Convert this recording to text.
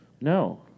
No